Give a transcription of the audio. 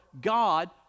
God